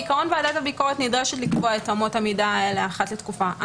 בעיקרון ועדת הביקורת נדרשת לקבוע את אמות המידה האלה אחת לתקופה.